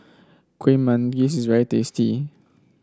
Kuih Manggis is very tasty